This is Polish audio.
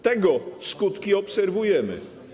Tego skutki obserwujemy.